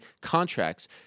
contracts